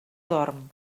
dorm